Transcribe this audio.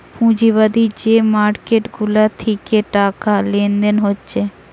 পুঁজিবাদী যে মার্কেট গুলা থিকে টাকা লেনদেন হচ্ছে